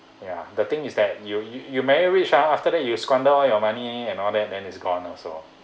ya the thing is that you you marry rich ah after that you squander all your money and all that then it's gone also